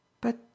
But